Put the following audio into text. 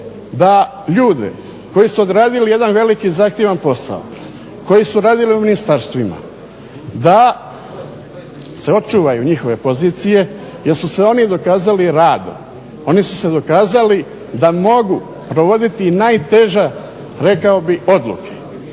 da ljude koji su odradili jedan veliki i zahtjevan posao, koji su radili u ministarstvima da se očuvaju njihove pozicije jer su se oni dokazali radom, oni su se dokazali da mogu provoditi najteže rekao bih odluke.